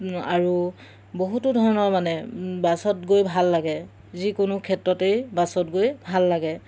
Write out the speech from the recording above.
আৰু বহুতো ধৰণৰ মানে বাছত গৈ ভাল লাগে যিকোনো ক্ষেত্ৰতেই বাছত গৈ ভাল লাগে